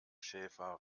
schäfer